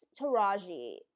Taraji